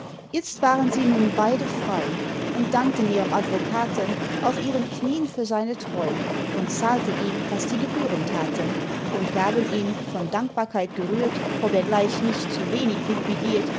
itzt waren sie nun beide frei und dankten ihrem advokaten auf ihren knien für seine treu und zahlten ihm was die gebühren taten und gaben ihm von dankbarkeit gerührt ob er gleich nicht zu wenig